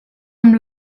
amb